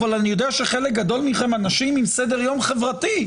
אבל אני יודע שחלק גדול מכם אנשים עם סדר יום חברתי.